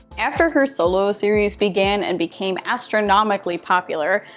after her solo series began and became astronomically popular,